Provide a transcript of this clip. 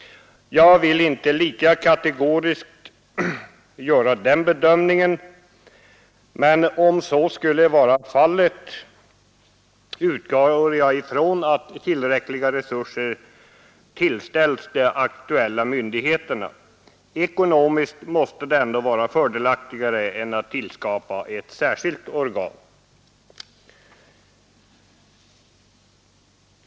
Jag vill inte lika kategoriskt göra den bedömningen, men om så skulle vara fallet utgår jag ifrån att tillräckliga resurser tilldelas de aktuella myndigheterna. Ekonomiskt måste det ändå vara fördelaktigare än att tillskapa ett särskilt organ.